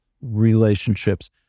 relationships